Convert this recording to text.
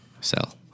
Sell